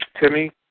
Timmy